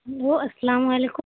hello السلام علیکم